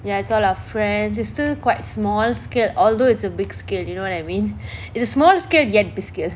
ya it's all our friends it's still quite small scale although it's a big scale you know what I mean it's a small scale yet big scale